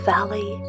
Valley